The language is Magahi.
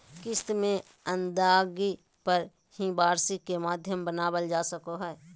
किस्त के अदायगी पर ही वार्षिकी के माध्यम बनावल जा सको हय